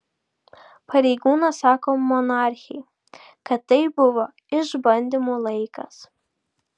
pareigūnas sako monarchei kad tai buvo išbandymų laikas